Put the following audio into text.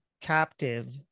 captive